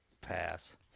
Pass